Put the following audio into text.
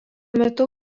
metu